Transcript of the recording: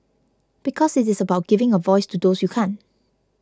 because it is about giving a voice to those you can't